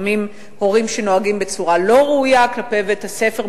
לפעמים הורים שנוהגים בצורה לא ראויה כלפי בית-הספר,